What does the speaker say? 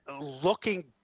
looking